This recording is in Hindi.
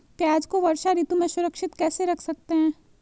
प्याज़ को वर्षा ऋतु में सुरक्षित कैसे रख सकते हैं?